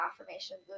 affirmations